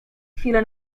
chwile